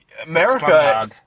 America